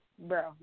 bro